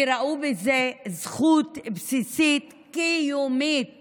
כי ראו בזה זכות בסיסית קיומית